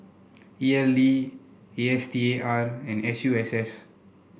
E L D A S T A R and S U S S